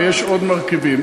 ויש עוד מרכיבים.